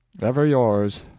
ever yours,